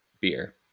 beer